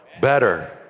Better